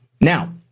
Now